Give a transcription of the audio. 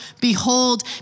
behold